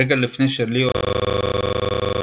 רגע לפני שליאון הורג